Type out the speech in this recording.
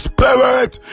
Spirit